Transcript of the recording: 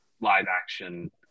live-action